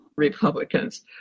Republicans